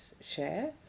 share